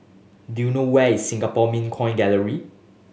do you know where is Singapore Mint Coin Gallery